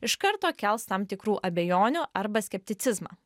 iš karto kels tam tikrų abejonių arba skepticizmą